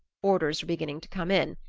orders were beginning to come in,